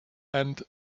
and